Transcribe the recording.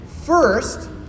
First